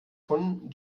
von